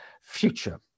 future